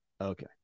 Okay